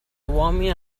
uomini